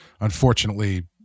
unfortunately